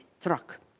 truck